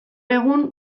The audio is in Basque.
egun